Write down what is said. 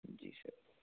جی سر